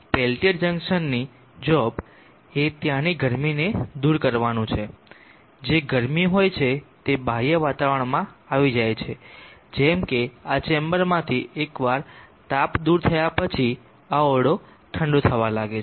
Peltier જંકશનની job એ ત્યાંની ગરમીને દૂર કરવાનું છે જે ગરમી હોય છે તે બાહ્ય વાતાવરણમાં આવી જાય છે જેમ કે આ ચેમ્બરમાંથી એકવાર તાપ દૂર થયા પછી આ ઓરડો ઠંડો થવા લાગે છે